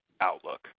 Outlook